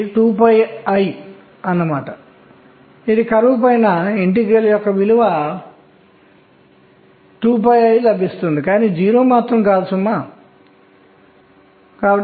మరియు అన్ని క్వాంటం సంఖ్యలు ఒకేలా ఉండవని చెప్పినప్పుడు ఇది ఆవర్తన పీరియాడిసిటీ ని 8 యొక్క నియమాన్ని మరియు అన్నింటినీ వివరిస్తుంది